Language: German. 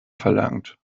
verlangt